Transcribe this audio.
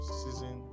season